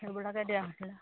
সেইবিলাকে দিয়া হৈছিলে